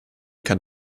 kann